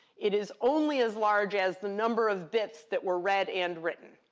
it is only as large as the number of bits that were read and written.